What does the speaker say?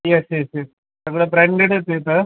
yes yes yes सगळं ब्रँडेडच आहे इथं